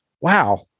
wow